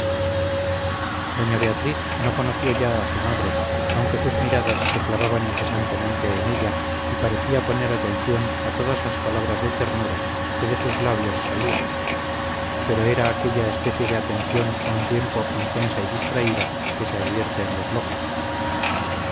doña beatriz no conoció ya a su madre aunque sus miradas se clavaban incesantemente en ella y parecía poner atención a todas las palabras de ternura que de sus labios salían pero era aquella especie de atención a un tiempo intensa y distraída que se advierte en los locos